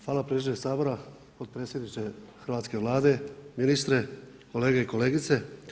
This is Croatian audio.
Hvala predsjedniče Sabora, potpredsjedniče Hrvatske vlade, ministre, kolege i kolegice.